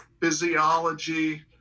physiology